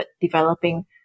developing